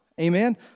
Amen